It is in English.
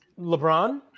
LeBron